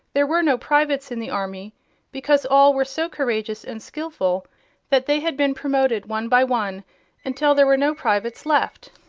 there were no privates in the army because all were so courageous and skillful that they had been promoted one by one until there were no privates left.